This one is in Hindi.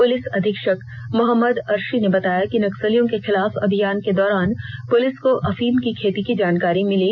पुलिस अधीक्षक मोहम्मद ैअर्शी ने बताया कि नक्सलियों के खिलाफ अभियान के दौरान पुलिस को अफीम की खेती की जानकारी मिली